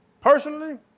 Personally